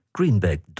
Greenback